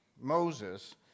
Moses